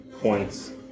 points